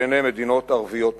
וגם בעיני מדינות ערביות מתונות.